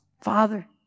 Father